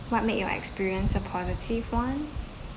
what made your experience a positive one